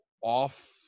off